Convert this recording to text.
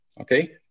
okay